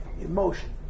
emotion